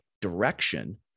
direction